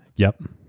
yep.